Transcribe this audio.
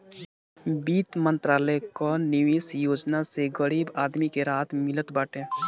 वित्त मंत्रालय कअ निवेश योजना से गरीब आदमी के राहत मिलत बाटे